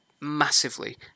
massively